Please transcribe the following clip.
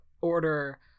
order